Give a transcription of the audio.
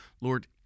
Lord